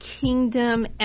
kingdom